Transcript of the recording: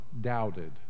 doubted